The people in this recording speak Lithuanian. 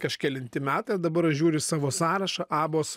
kažkelinti metai dabar aš žiūriu į savo sąrašą abos